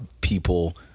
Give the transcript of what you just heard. people